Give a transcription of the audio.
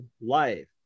life